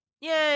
Yay